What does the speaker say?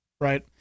Right